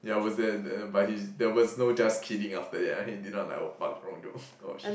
ya I was there t~ but he's there was no just kidding after that he did not like oh fuck oh shit